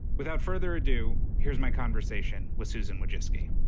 without further ado, here's my conversation with susan wojcicki.